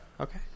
Okay